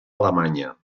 alemanya